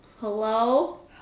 Hello